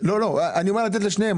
אני אומר לתת לשניהם.